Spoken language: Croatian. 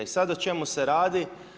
I sada o čemu se radi?